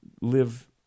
live